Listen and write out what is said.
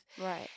Right